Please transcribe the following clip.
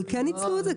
אבל כן ניצלו את זה?